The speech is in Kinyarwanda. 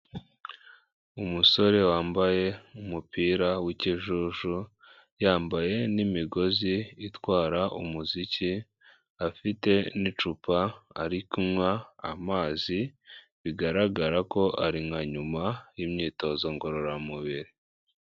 Umusore wambaye umupira w'ikijuju yambaye n'imigozi itwara umuziki, afite n'icupa ari kunywa amazi bigaragara ko ari nka nyuma y'imyitozo ngororamubiri.